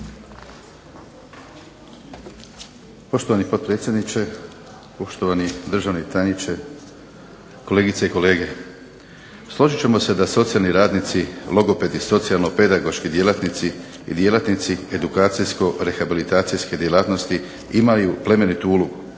Poštovani potpredsjedniče, poštovani državni tajniče, kolegice i kolege. Složit ćemo se da socijalni radnici logopedi, socijalno-pedagoški djelatnici i djelatnici edukacijsko-rehabilitacijske djelatnosti imaju plemenitu ulogu,